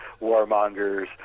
warmongers